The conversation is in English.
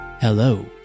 Hello